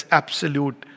absolute